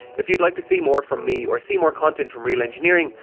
if you would like to see more from me or see more content from real engineering,